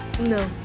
No